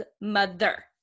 mother